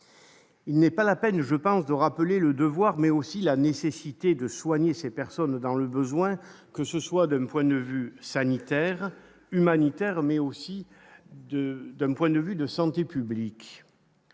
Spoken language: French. Il n'est pas la peine, je pense, de rappeler le devoir mais aussi la nécessité de soigner ces personnes dans le besoin, que ce soit de Mfoa ne sanitaire, humanitaire, mais aussi d'un point de vue de santé publique,